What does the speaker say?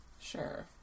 Sure